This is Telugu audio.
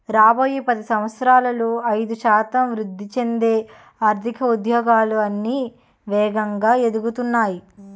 రాబోయే పది సంవత్సరాలలో ఐదు శాతం వృద్ధి చెందే ఆర్థిక ఉద్యోగాలు అన్నీ వేగంగా ఎదుగుతున్నాయి